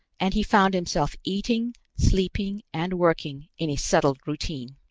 and he found himself eating, sleeping and working in a settled routine.